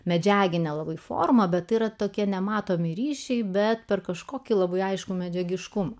medžiaginį nelabai formą bet yra tokie nematomi ryšiai bet per kažkokį labai aiškų medžiagiškumą